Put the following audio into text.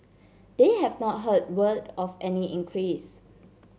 they have not heard word of any increase